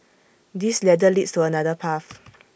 this ladder leads to another path